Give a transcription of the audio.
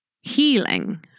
Healing